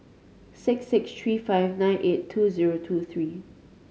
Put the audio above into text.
six six tree five nine eight two zero two three